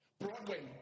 Broadway